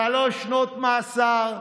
שלוש שנות מאסר,